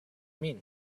mean